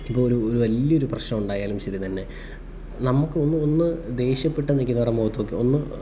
ഇപ്പോൾ ഒരു വലിയൊരു പ്രശ്നമുണ്ടായാലും ശരി തന്നെ നമുക്ക് ഒന്ന് ഒന്ന് ദേഷ്യപ്പെട്ടു നിൽക്കുന്നവരുടെ മുഖത്തു നോക്കി ഒന്ന്